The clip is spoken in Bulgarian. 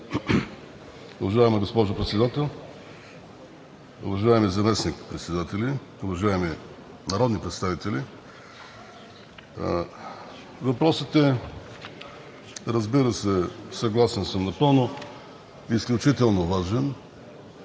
Въпросът е – разбира се, съгласен съм напълно, изключително важен.